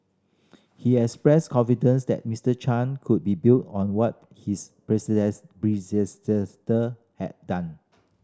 he expressed confidence that Mister Chan could build on what his has done